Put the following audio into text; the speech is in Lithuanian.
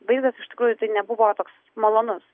vaizdas iš tikrųjų tai nebuvo toks malonus